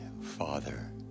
father